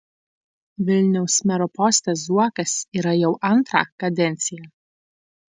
vilniaus mero poste zuokas yra jau antrą kadenciją